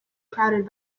crowded